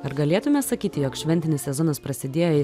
ar galėtume sakyti jog šventinis sezonas prasidėjo jei